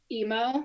emo